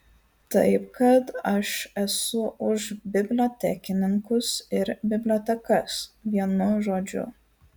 taip kad aš esu už bibliotekininkus ir bibliotekas vienu žodžiu